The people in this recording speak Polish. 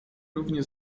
równie